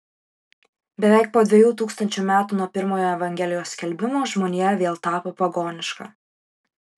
beveik po dviejų tūkstančių metų nuo pirmojo evangelijos skelbimo žmonija vėl tapo pagoniška